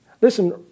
Listen